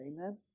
Amen